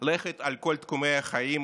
לכת על כל תחומי החיים